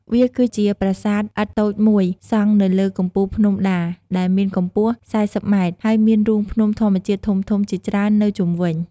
វាគឺជាប្រាសាទឥដ្ឋតូចមួយសង់នៅលើកំពូលភ្នំដាដែលមានកម្ពស់ ៤០ ម៉ែត្រ ហើយមានរូងភ្នំធម្មជាតិធំៗជាច្រើននៅជុំវិញ។